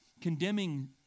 condemning